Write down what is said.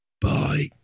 Bye